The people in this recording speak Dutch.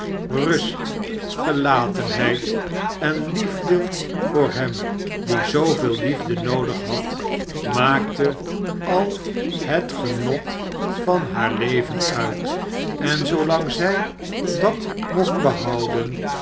rust gelatenheid en liefde voor hem die zooveel liefde noodig had maakte al het genot van haar leven uit en zoolang zij dat mocht behouden